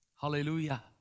Hallelujah